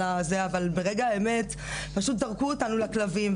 אבל ברגע האמת פשוט זרקו אותנו לכלבים,